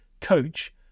coach